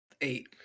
Eight